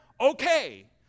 Okay